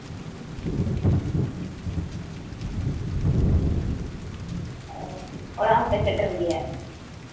ᱚ ᱚᱲᱟᱜ ᱦᱚᱸᱯᱮ ᱥᱮᱴᱮᱨ ᱜᱮᱭᱟ